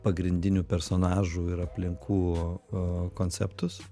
pagrindinių personažų ir aplinkų konceptus